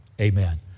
Amen